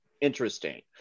interesting